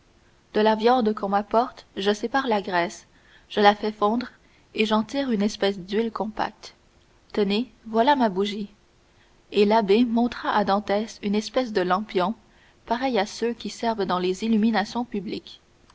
de la viande qu'on m'apporte je sépare la graisse je la fais fondre et j'en tire une espèce d'huile compacte tenez voilà ma bougie et l'abbé montra à dantès une espèce de lampion pareil à ceux qui servent dans les illuminations publiques